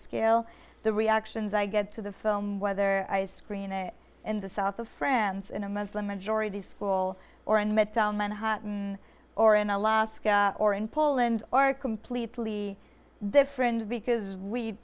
scale the reactions i get to the film whether i screen it in the south of france in a muslim majority is full or in midtown manhattan or in alaska or in poland are completely different because we